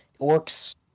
Orcs